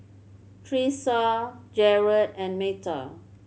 Thresa Jarred and Metha